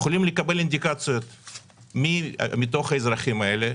יכולים לקבל אינדיקציות מתוך האזרחים האלה.